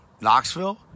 Knoxville